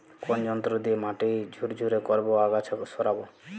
কোন যন্ত্র দিয়ে মাটি ঝুরঝুরে করব ও আগাছা সরাবো?